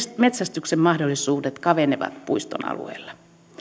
metsästyksen mahdollisuudet kapenevat puiston alueella